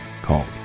called